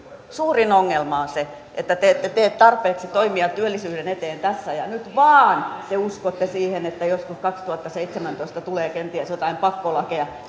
suurin ongelma on se että te ette tee tarpeeksi toimia työllisyyden eteen tässä ja nyt vaan te uskotte siihen että joskus kaksituhattaseitsemäntoista tulee kenties joitain pakkolakeja